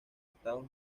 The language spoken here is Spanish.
estados